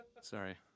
Sorry